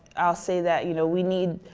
i'll say that, you know we need,